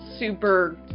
Super